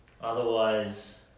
Otherwise